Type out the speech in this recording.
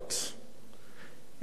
הממשלה הזאת היא ממשלת הפתעות כי,